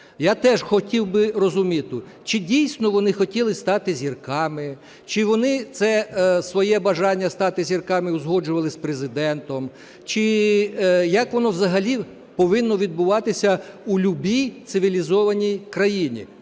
Я теж хотів би розуміти, чи дійсно вони хотіли стати зірками, чи вони це своє бажання стати зірками узгоджували з Президентом, чи як воно взагалі повинно відбуватися у любій цивілізованій країні.